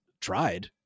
tried